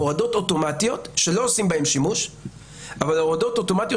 הורדות אוטומטיות שלא עושים בהן שימוש אבל הוורדות אוטומטיות